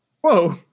Whoa